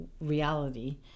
reality